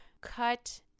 cut